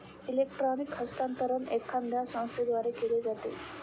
electronic हस्तांतरण एखाद्या संस्थेद्वारे केले जाते